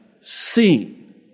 seen